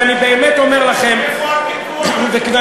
ואני באמת אומר לכם, איפה הפיקוח הציבורי?